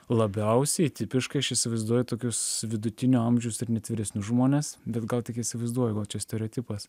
labiausiai tipiškai aš įsivaizduoju tokius vidutinio amžiaus ir net vyresnius žmones bet gal tik įsivaizduoju gal čia stereotipas